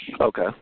Okay